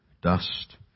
Dust